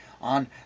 on